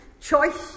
choice